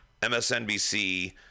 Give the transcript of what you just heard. msnbc